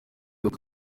uko